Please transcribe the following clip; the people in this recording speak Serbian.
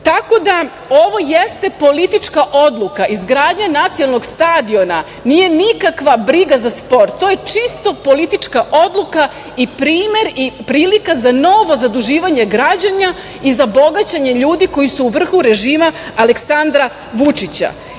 naprednjačke. Ovo jeste politička odluka. Izgradnja nacionalnog stadiona nije nikakva briga za sport, to je čisto politička odluka i primer i prilika za novo zaduživanje građana i za bogaćenje ljudi koji su u vrhu režima Aleksandra